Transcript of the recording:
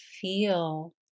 feel